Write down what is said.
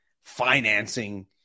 financing